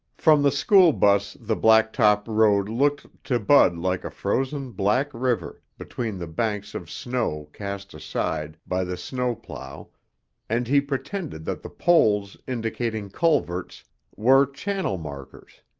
from the school bus the blacktop road looked to bud like a frozen black river between the banks of snow cast aside by the snowplow and he pretended that the poles indicating culverts were channel markers.